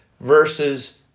versus